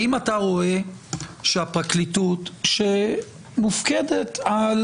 האם אתה רואה שהפרקליטות שמופקדת על